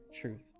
truth